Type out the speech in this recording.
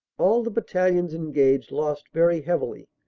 all the battalions engaged lost very heavily,